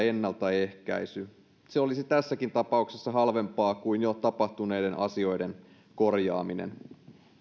ja ennalta ehkäisy se olisi tässäkin tapauksessa halvempaa kuin jo tapahtuneiden asioiden korjaaminen salissa